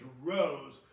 rose